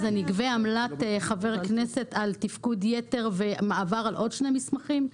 אז אני אגבה עמלת חבר כנסת על תפקוד יתר ומעבר על עוד שני מסמכים?